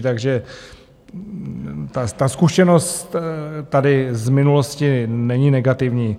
Takže ta zkušenost tady z minulosti není negativní.